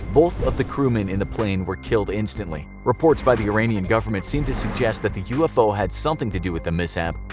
both of the crewmen in the plane were killed instantly. reports by the iranian government seem to suggest that the ufo had something to do with the mishap,